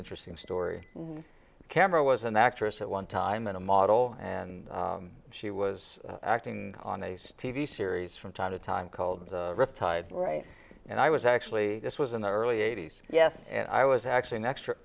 interesting story camera was an actress at one time and a model and she was acting on a t v series from time to time called riptide right and i was actually this was in the early eighty's yes and i was actually an extra